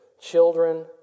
children